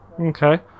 Okay